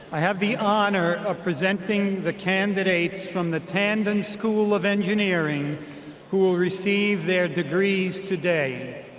i have the honor of presenting the candidates from the tandon school of engineering who will receive their degrees today.